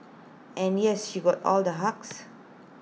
and yes she got all the hugs